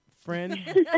Friend